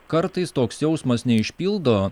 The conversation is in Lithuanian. kartais toks jausmas neišpildo